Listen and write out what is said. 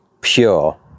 pure